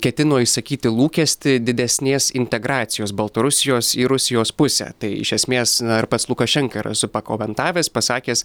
ketino išsakyti lūkestį didesnės integracijos baltarusijos į rusijos pusę tai iš esmės na ir pats lukašenka yra su pakomentavęs pasakęs